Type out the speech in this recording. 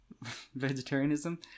vegetarianism